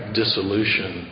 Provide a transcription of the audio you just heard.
dissolution